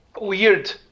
weird